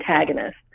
antagonist